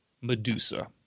Medusa